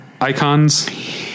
icons